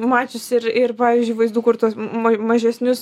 mačiusi ir ir pavyzdžiui vaizdų kur tuos m ma mažesnius